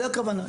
זה הכוונה.